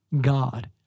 God